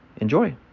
Enjoy